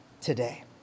today